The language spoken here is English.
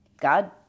God